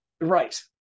Right